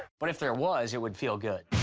but if there was, it would feel good.